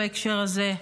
בהקשר הזה.